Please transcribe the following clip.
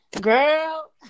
Girl